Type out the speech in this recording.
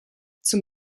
zum